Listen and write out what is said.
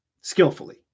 skillfully